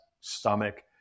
stomach